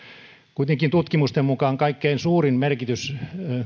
kuitenkin tutkimusten mukaan kaikkein suurin merkitys